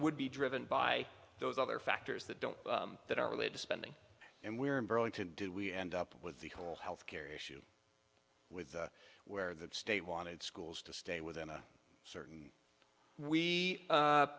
would be driven by those other factors that don't that are related to spending and where in burlington do we end up with the whole healthcare issue with where the state wanted schools to stay within a certain we